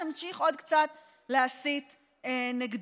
נמשיך עוד קצת להסית נגדו.